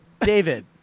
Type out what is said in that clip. David